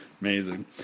Amazing